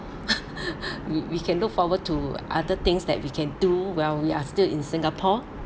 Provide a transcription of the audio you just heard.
we can look forward to other things that we can do well we are still in singapore